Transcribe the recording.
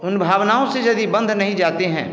उन भावनाओं से यदि बंध नहीं जाते हैं